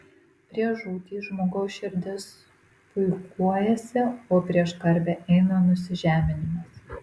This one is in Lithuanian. prieš žūtį žmogaus širdis puikuojasi o prieš garbę eina nusižeminimas